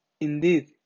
indeed